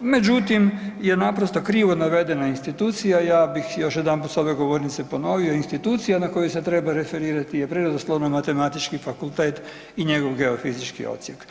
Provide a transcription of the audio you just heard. međutim je naprosto krivo navedena institucija, ja bih još jedanput s ove govornice ponovio, institucija na koju se treba referirati je Prirodoslovno-matematički fakultet i njegov geofizički odsjek.